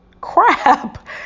crap